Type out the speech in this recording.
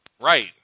Right